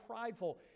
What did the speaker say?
prideful